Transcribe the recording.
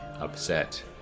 upset